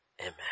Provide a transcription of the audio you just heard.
amen